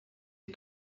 est